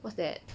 what's that